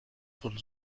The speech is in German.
von